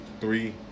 three